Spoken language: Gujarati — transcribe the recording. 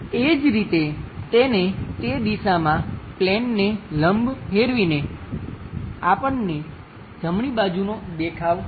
એ જ રીતે તેને તે દિશામાં પ્લેનને લંબ ફેરવીને આપણને જમણી બાજુનો દેખાવ મળશે